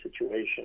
situation